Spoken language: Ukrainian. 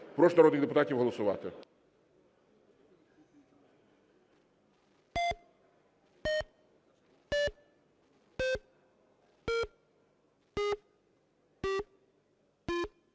Прошу народних депутатів голосувати.